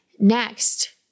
Next